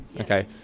okay